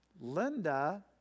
Linda